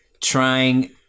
trying